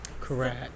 Correct